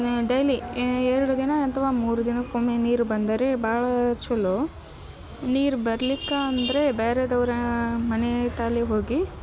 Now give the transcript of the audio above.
daily ಎರಡು ದಿನ ಅಥವಾ ಮೂರು ದಿನಕ್ಕೊಮ್ಮೆ ನೀರು ಬಂದರೆ ಭಾಳ ಚಲೋ ನೀರು ಬರ್ಲಿಕ್ಕೆ ಅಂದರೆ ಬೇರೆದವರ ಮನೆ ತಾಲಿ ಹೋಗಿ